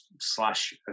slash